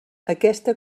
aquesta